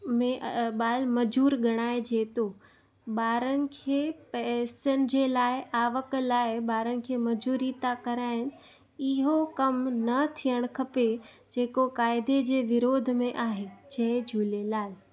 में ॿाल मज़ूर ॻणाए जे थो ॿारनि खे पैसनि जे लाइ आवक लाइ ॿारनि खे मज़ूरी था कराइनि इहो कमु न थियणु खपे जेको क़ाइदे जे विरोध में आहे जय झूलेलाल